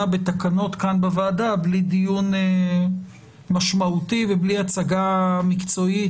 בתקנות כאן בוועדה בלי דיון משמעותי ובלי הצגה מקצועית,